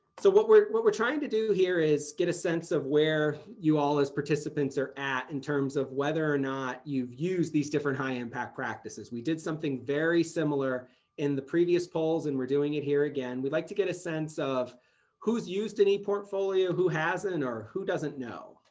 what we're what we're trying to do here is get a sense of where you all as participants are at in terms of whether or not you've used these different high impact practices, we did something very similar in the previous polls, and we're doing it here again, we'd like to get a sense of who's used an eportfolio who hasn't or who doesn't know.